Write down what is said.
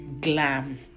glam